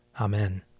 Amen